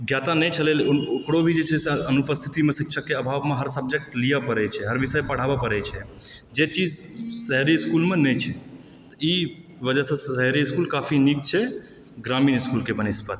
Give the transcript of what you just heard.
ज्ञाता नहि छलए ओकरो भी जे छै से अनुपस्थितिमे शिक्षकके अभावमे हर सब्जेक्ट लिए पड़ै छै हर विषय पढ़ाबै पड़ै छै जे चीज शहरी इसकुलमे नहि छै ई वजहसँ शहरी इसकुल काफी नीक छै ग्रामीण इसकुलके वनस्पित